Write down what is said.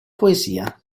poesia